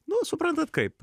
nu suprantat kaip